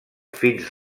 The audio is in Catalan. fins